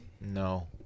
No